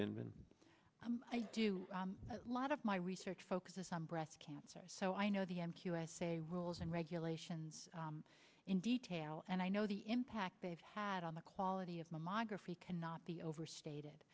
been i'm i do a lot of my research focuses on breast cancer so i know the m q s a rules and regulations in detail and i know the impact they have had on the quality of mammography cannot be overstated